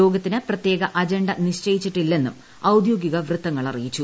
യോഗത്തിന് പ്രത്യേക അജണ്ട നിശ്ചയിച്ചിട്ടില്ലെന്നും ഔദ്യോഗിക വൃത്തങ്ങൾ അറിയിച്ചു